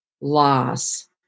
loss